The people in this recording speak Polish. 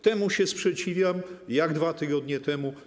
Temu się sprzeciwiam, tak jak 2 tygodnie temu.